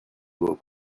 vos